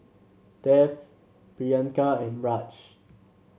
Dev Priyanka and Raj